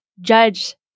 judge